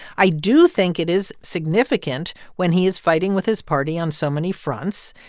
i do think it is significant when he is fighting with his party on so many fronts.